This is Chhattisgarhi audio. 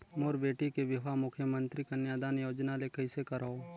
मोर बेटी के बिहाव मुख्यमंतरी कन्यादान योजना ले कइसे करव?